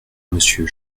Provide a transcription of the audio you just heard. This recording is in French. monsieur